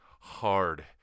hard